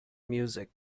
music